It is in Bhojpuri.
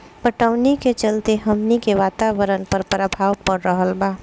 पटवनी के चलते हमनी के वातावरण पर प्रभाव पड़ रहल बा